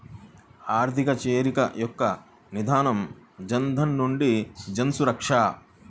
ఆర్థిక చేరిక యొక్క నినాదం జనధన్ నుండి జన్సురక్ష